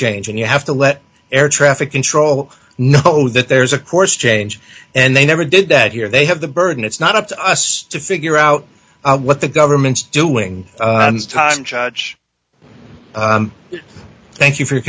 change and you have to let air traffic control know that there's a course change and they never did that here they have the burden it's not up to us to figure out what the government's doing in charge thank you for your